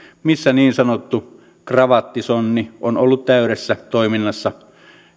missä niin sanottu kravattisonni on ollut täydessä toiminnassa